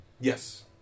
Yes